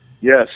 Yes